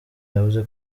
yavuze